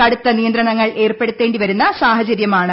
കടുത്ത നിയന്ത്രണങ്ങൾ ഏർപ്പെടുത്ത്ണ്ടി വരുന്ന സാഹചര്യമാണ്